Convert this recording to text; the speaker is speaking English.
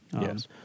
Yes